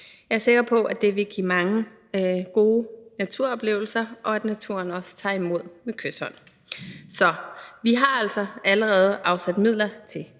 Jeg er sikker på, at det vil give mange gode naturoplevelser, og at naturen også tager imod med kyshånd. Så vi har altså allerede afsat midler til